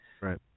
Right